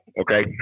Okay